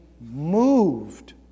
moved